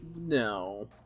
No